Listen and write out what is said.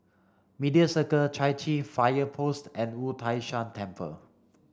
Media Circle Chai Chee Fire Post and Wu Tai Shan Temple